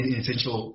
essential